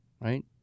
right